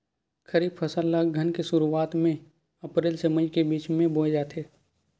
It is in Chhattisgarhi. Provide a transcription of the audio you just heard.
खरीफ फसल ला अघ्घन के शुरुआत में, अप्रेल से मई के बिच में बोए जाथे